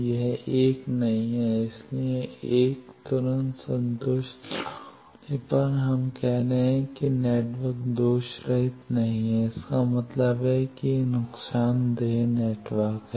यह 1 नहीं है इसलिए 1 तुरंत संतुष्ट न होने पर हम कह सकते हैं कि नेटवर्क दोषरहित नहीं है इसका मतलब है कि यह एक नुकसानदेह नेटवर्क है